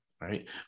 right